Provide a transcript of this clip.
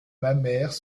mammaires